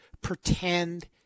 pretend